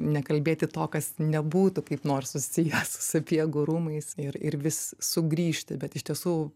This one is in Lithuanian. nekalbėti to kas nebūtų kaip nors susijęs sapiegų rūmais ir ir vis sugrįžti bet iš tiesų